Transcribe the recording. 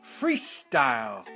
Freestyle